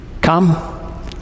Come